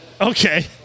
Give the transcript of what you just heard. Okay